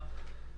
2)